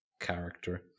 character